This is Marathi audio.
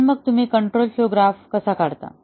पण मग तुम्ही कंट्रोल फ्लोग्राफ कसा काढता